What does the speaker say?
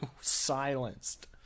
silenced